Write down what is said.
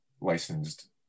licensed